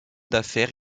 d’affaires